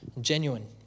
genuine